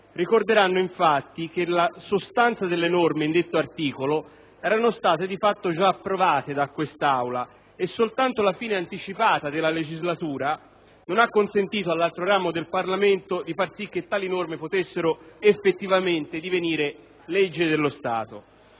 ricorderanno infatti che la sostanza delle norme di detto articolo era stata di fatto già approvata da questa Aula e soltanto la fine anticipata della legislatura non ha consentito all'altro ramo del Parlamento di far sì che le stesse potessero effettivamente divenire leggi dello Stato.